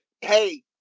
hey